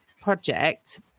project